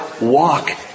walk